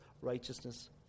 righteousness